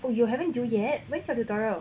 you haven't do yet when is your tutorial